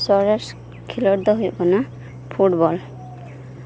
ᱤᱧᱟᱹᱜ ᱥᱚᱨᱮᱥ ᱠᱷᱮᱞᱳᱰ ᱫᱚ ᱦᱩᱭᱩᱜ ᱠᱟᱱᱟ ᱯᱷᱩᱴᱵᱚᱞ